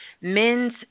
Men's